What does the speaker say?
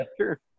sure